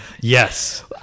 Yes